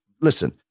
Listen